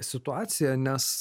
situacija nes